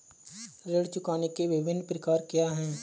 ऋण चुकाने के विभिन्न प्रकार क्या हैं?